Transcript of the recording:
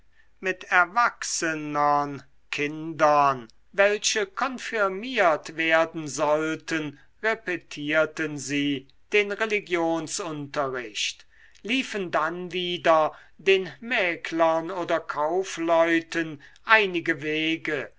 mit erwachsenern kindern welche konfirmiert werden sollten repetierten sie den religionsunterricht liefen dann wieder den mäklern oder kaufleuten einige wege